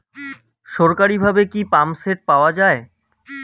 সরকারিভাবে কি পাম্পসেট পাওয়া যায়?